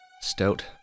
stout